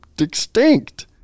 extinct